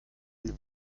ein